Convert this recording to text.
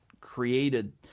created